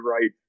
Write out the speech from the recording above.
right